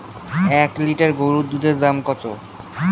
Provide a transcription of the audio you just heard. এক লিটার গরুর দুধের দাম কত?